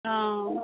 অঁ